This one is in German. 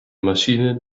maschine